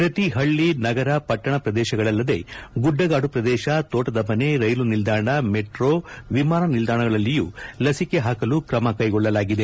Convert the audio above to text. ಪ್ರತಿ ಪಳ್ಳಿ ನಗರ ಪಟ್ಟಣ ಪ್ರದೇಶಗಳಲ್ಲದೇ ಗುಡ್ಡಗಾಡು ಪ್ರದೇಶ ತೋಟದ ಮನೆ ರೈಲು ನಿಲ್ದಾಣ ಮೆಟ್ರೋ ವಿಮಾನ ನಿಲ್ದಾಣಗಳಲ್ಲಿಯೂ ಲಸಿಕೆ ಹಾಕಲ್ಕು ಕ್ರಮ ಕೈಗೊಳ್ಳಲಾಗಿದೆ